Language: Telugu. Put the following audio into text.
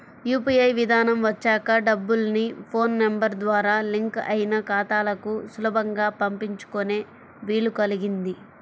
యూ.పీ.ఐ విధానం వచ్చాక డబ్బుల్ని ఫోన్ నెంబర్ ద్వారా లింక్ అయిన ఖాతాలకు సులభంగా పంపించుకునే వీలు కల్గింది